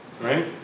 right